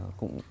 cũng